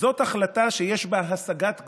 "זאת החלטה שיש בה השגת גבול.